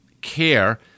care